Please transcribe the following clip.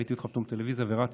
ראיתי אותך פתאום בטלוויזיה ורצתי.